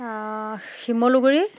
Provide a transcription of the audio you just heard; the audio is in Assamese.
শিমলুগুৰি